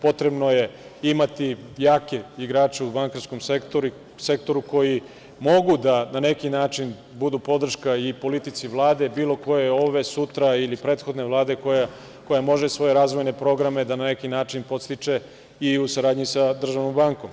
Potrebno je imati jake igrače u bankarskom sektoru koji mogu da, na neki način, budu podrška i politici Vlade, bilo koje, ove, sutra, ili prethodne vlade, koja može svoje razvojne programe da, na neki način podstiče, i u saradnji sa državnom bankom.